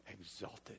exalted